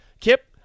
Kip